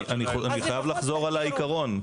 אני חייב לחזור על העיקרון,